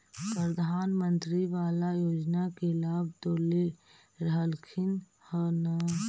प्रधानमंत्री बाला योजना के लाभ तो ले रहल्खिन ह न?